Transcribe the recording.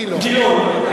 גילאון.